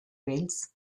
wales